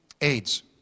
AIDS